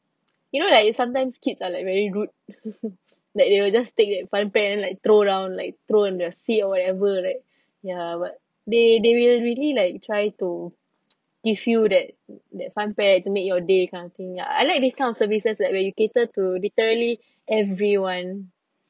you know like sometimes kids are like very rude like they will just take that funpack and like throw around like throw in their seat or whatever right ya but they they really really like try to give you that that funpack to make your day kind of thing ya I like these kind of services like where you cater to literally everyone